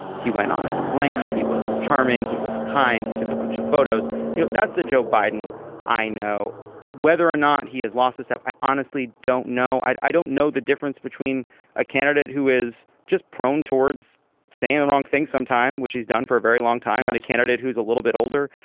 he went on at length. he was charming he was kind he took a bunch of photos you know that's the joe biden i know whether or not he has lost his. i honestly don't know i i don't know the difference between a candidate who is just prone towards saying the wrong things some time which he's done for a very long time and but a candidate who's a little bit older.